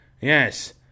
Yes